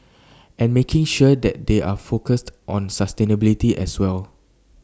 and making sure that they are focused on sustainability as well